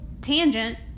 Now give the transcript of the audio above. tangent